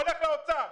זה הולך למשרד האוצר.